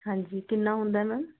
ਹਾਂਜੀ ਕਿੰਨਾ ਹੁੰਦਾ ਮੈਮ